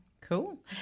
Cool